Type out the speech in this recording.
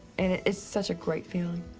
and ah it's such a great feeling.